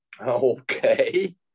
Okay